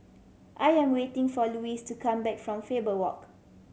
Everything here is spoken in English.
I am waiting for Louis to come back from Faber Walk